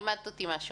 לימדת אותי משהו.